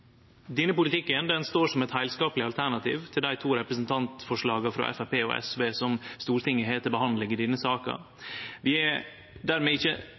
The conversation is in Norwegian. Denne politikken står som eit heilskapleg alternativ til dei to representantforslaga frå Framstegspartiet og SV som Stortinget har til behandling i denne saka. Vi er dermed ikkje